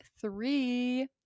three